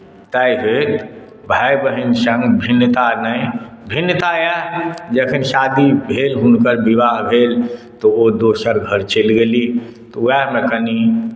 तऽ आइ धरि भाय बहिन सङ्ग भिन्नता नहि भिन्नता इएह जखन शादी भेल हुनकर विवाह भेल तऽ ओ दोसर घर चलि गेली तऽ उएहमे कनि